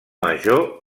major